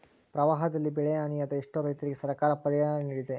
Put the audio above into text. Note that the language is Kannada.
ಪ್ರವಾಹದಲ್ಲಿ ಬೆಳೆಹಾನಿಯಾದ ಎಷ್ಟೋ ರೈತರಿಗೆ ಸರ್ಕಾರ ಪರಿಹಾರ ನಿಡಿದೆ